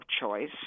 choice